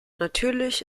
natürlich